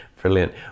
Brilliant